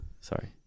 Sorry